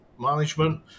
management